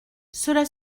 cela